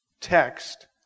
text